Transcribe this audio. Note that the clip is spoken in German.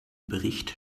bericht